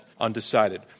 undecided